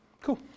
cool